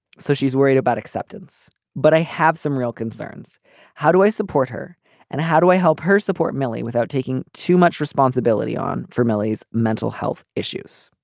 so she's worried about acceptance. but i have some real concerns how do i support her and how do i help her support millie without taking too much responsibility on for millie's mental health issues